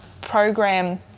program